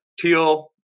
teal